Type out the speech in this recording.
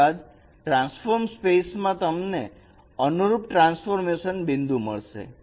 ત્યારબાદ ટ્રાન્સફોર્મ સ્પેસમાં તમને અનુરૂપ ટ્રાન્સફોર્મેશન બિંદુ મળશે